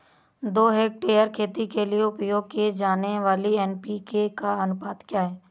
दो हेक्टेयर खेती के लिए उपयोग की जाने वाली एन.पी.के का अनुपात क्या है?